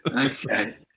Okay